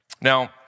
Now